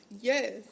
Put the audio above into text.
Yes